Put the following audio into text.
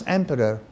emperor